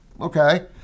okay